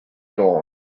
dawn